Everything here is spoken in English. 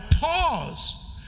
pause